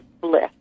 bliss